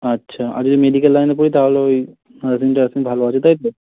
আচ্ছা আর যদি মেডিকেল লাইনে পড়ি তাহলে ওই মেশিন টেশিন ভালো আছে তাই তো